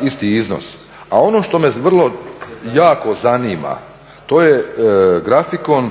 isti iznos. A ono što me vrlo jako zanima to je grafikon